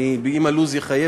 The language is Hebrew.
ואם הלו"ז יחייב,